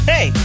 Hey